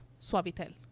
suavitel